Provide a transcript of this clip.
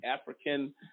African—